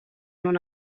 non